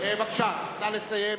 בבקשה, נא לסיים.